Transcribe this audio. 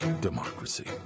democracy